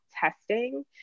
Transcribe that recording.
testing